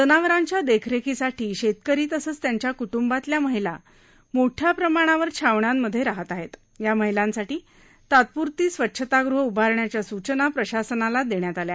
जनावरांच्या देखरेखीसाठी शेतकरी तसंच त्यांच्या कटंबातल्या महिला मोठ्या प्रमाणावर छावण्यांमध्ये राहत आहेत या महिलांसाठी तात्पूरती स्वच्छता गुहे उभारण्याच्या सूचना प्रशासनाला देण्यात आल्या आहेत